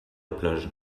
plage